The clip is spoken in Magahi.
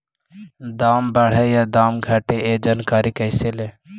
दाम बढ़े या दाम घटे ए जानकारी कैसे ले?